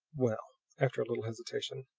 well, after a little hesitation,